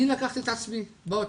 אני לקחתי את עצמי באוטו,